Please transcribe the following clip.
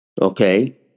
Okay